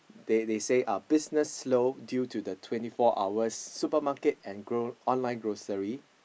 they they say uh business low due to the twenty four hours supermarket and gro~ online grocery